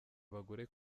abagore